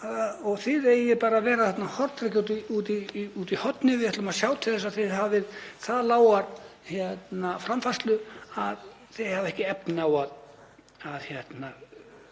og þið eigið bara að vera hornreka. Við ætlum að sjá til þess að þið hafið það lága framfærslu að þið hafið ekki efni á að fá